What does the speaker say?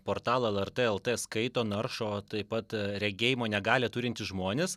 portalą lrt lt skaito naršo taip pat regėjimo negalią turintys žmonės